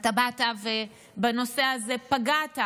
אתה באת ובנושא הזה פגעת,